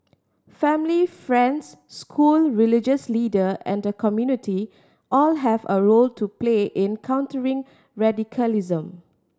family friends school religious leader and the community all have a role to play in countering radicalism